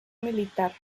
militar